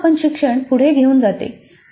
मूल्यमापन शिक्षण पुढे घेऊन जाते